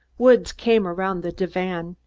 woods came around the divan.